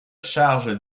charge